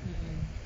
mm